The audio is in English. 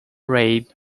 raid